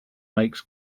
makes